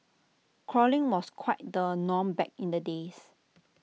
crawling was quite the norm back in the days